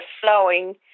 flowing